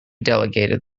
delegated